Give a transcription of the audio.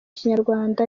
kinyarwanda